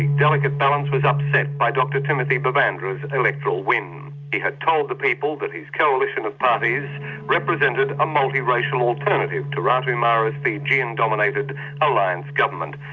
delicate balance was upset by dr timothy bavadra's and electoral win. he had told the people that his coalition of parties represented a multi-racial alternative to ratu mara's fijian-dominated alliance government,